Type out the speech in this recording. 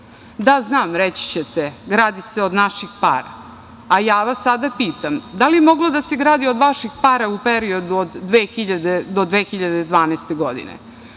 znam, reći ćete – gradi se od naših para. Ja vas sada pitam – da li je moglo da se gradi od vaših para u periodu od 2000. do